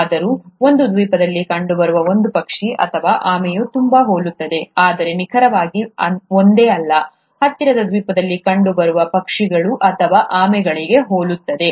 ಆದರೂ ಒಂದು ದ್ವೀಪದಲ್ಲಿ ಕಂಡುಬರುವ ಒಂದು ಪಕ್ಷಿ ಅಥವಾ ಆಮೆಯು ತುಂಬಾ ಹೋಲುತ್ತದೆ ಆದರೆ ನಿಖರವಾಗಿ ಒಂದೇ ಅಲ್ಲ ಹತ್ತಿರದ ದ್ವೀಪದಲ್ಲಿ ಕಂಡುಬರುವ ಪಕ್ಷಿಗಳು ಅಥವಾ ಆಮೆಗಳಿಗೆ ಹೋಲುತ್ತದೆ